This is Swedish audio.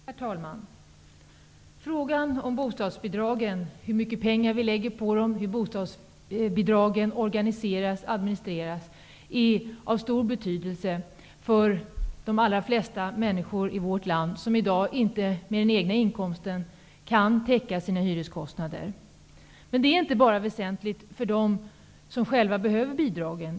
Herr talman! Frågan om bostadsbidragen -- hur mycket pengar vi lägger på dem, hur de organiseras och administreras -- är av stor betydelse för de allra flesta människor i vårt land som i dag inte med den egna inkomsten kan täcka sina hyreskostnader. Men det är inte bara väsentligt för dem som själva behöver bidragen.